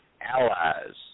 allies